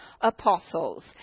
apostles